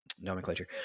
nomenclature